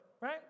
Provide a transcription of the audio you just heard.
Right